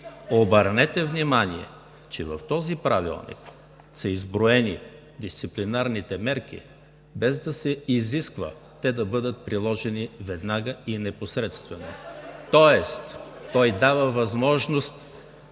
Обърнете внимание, че в този правилник са изброени дисциплинарните мерки, без да се изисква те да бъдат приложени веднага и непосредствено. Тоест той дава възможност